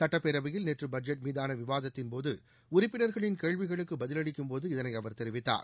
சுட்டப்பேரவையில் நேற்று பட்ஜெட் மீதான விவாதத்தின்போது உறுப்பினர்களின் கேள்விகளுக்கு பதிலளிக்கும் போது இதனை அவர் தெரிவித்தார்